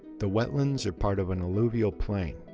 the wetlands are part of an alluvial plain,